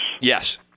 Yes